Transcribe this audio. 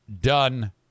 done